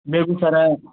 Begusarai